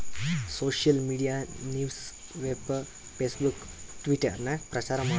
social media newspaper, Facebook, Twitter ನಾಗ್ ಪ್ರಚಾರ್ ಮಾಡ್ತುದ್